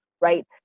right